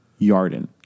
Yarden